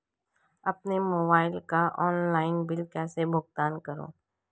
अपने मोबाइल का online bill कैसे भुगतान करूं?